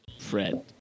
Fred